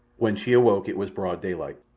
when she awoke it was broad daylight.